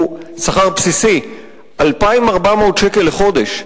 הוא 2,400 שקלים לחודש,